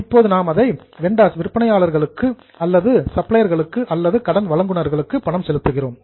இப்போது நாம் அந்த வெண்டார்ஸ் விற்பனையாளருக்கு அல்லது சப்ளையர் சப்ளையர்களுக்கு அல்லது கிரடிட்டர்ஸ் கடன் வழங்குநர்களுக்கு பணம் செலுத்துகிறோம்